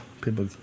people